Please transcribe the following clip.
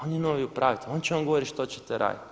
On je novi upravitelj, on će vam govoriti što ćete raditi.